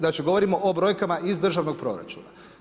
Znači govorimo o brojkama iz državnog proračuna.